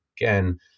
again